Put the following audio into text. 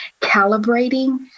calibrating